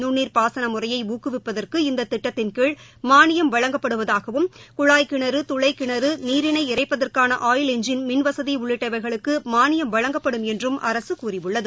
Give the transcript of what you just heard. நுண்ணீர் பாசன முறையை ஊக்குவிப்பதற்கு இந்த திட்டத்தின் கீழ் மாளியம் வழங்கப்படுவதாகவும் குழாய் கிணறு துளை கிணறு நீரினை இறைப்பதற்கான ஆயில் எஞ்ஜின் மின்வகதி உள்ளிட்டவைகளுக்கு மானியம் வழங்கப்படும் என்று அரசு கூறியுள்ளது